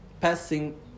passing